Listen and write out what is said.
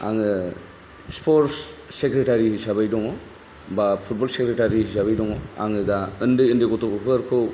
आङो sports secretary हिसाबै दङ बा फुटबल सेक्रेटारि हिसाबै दङ आङो दा उन्दै उन्दै गथ'फोरखौ